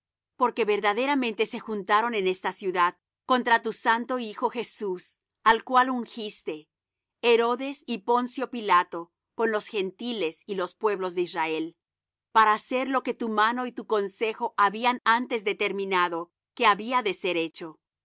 porque verdaderamente se juntaron en esta ciudad contra tu santo hijo jesús al cual ungiste herodes y poncio pilato con los gentiles y los pueblos de israel para hacer lo que tu mano y tu consejo habían antes determinado que había de ser hecho